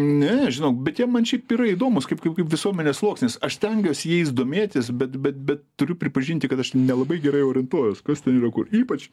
ne žinok bet jie man šiaip yra įdomūs kaip kaip kaip visuomenės sluoksnis aš stengiuosi jais domėtis bet bet bet turiu pripažinti kad aš nelabai gerai orientuojuosi kas tai yra ypač